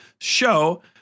show